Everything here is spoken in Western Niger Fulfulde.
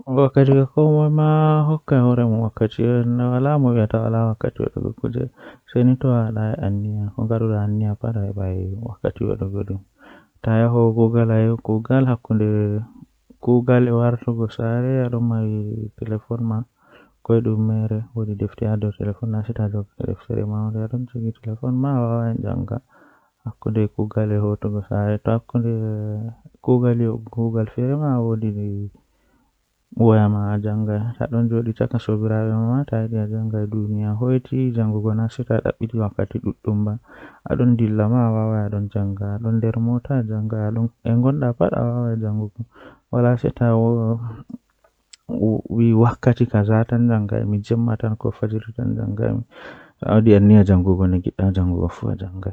Dokam masin ma gertoode don nder layi colli, ngam kala ko collel mari fuu gertoode don mari hunde gotel on tan hollata gertogal gertogal wala fiira amma be bannin fu gertugal don diwa sedda sedda.